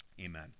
amen